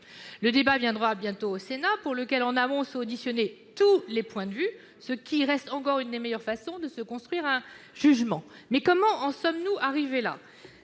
un débat qui viendra bientôt au Sénat et pour lequel, en amont, sont auditionnés tous les points de vue, ce qui reste encore l'une des meilleures façons de se construire un jugement. Comment en sommes-nous arrivés là ?